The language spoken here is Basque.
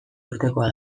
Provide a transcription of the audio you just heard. urtekoa